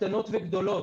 קטנות וגדולות,